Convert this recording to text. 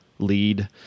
lead